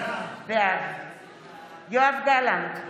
בעד יואב גלנט,